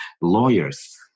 lawyers